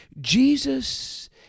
Jesus